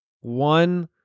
one